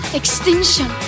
extinction